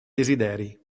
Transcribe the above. desideri